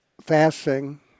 Fasting